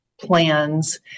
plans